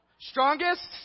Strongest